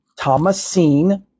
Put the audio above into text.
Thomasine